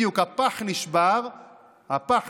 בדיוק נשבר הפח,